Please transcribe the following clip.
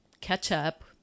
catch-up